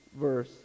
verse